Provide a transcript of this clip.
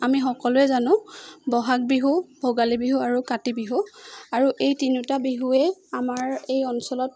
আমি সকলোৱে জানো বহাগ বিহু ভোগালী বিহু আৰু কাতি বিহু আৰু এই তিনিওটা বিহুৱেই আমাৰ এই অঞ্চলত